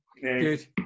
good